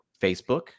facebook